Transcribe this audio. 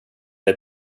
dig